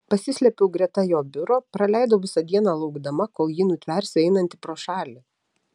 pasislėpiau greta jo biuro praleidau visą dieną laukdama kol jį nutversiu einantį pro šalį